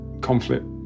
conflict